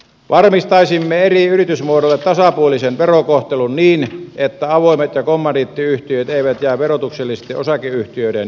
varmistaisimme eri yritysmuodoille tasapuolisen verokohtelun niin että avoimet ja kommandiittiyhtiöt eivät jää verotuksellisesti osakeyhtiöiden jalkoihin